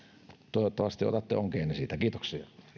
toivottavasti otatte onkeenne siitä kiitoksia